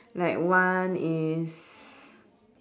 like one is